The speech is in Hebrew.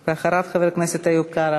ואחריו, חבר הכנסת איוב קרא.